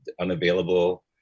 unavailable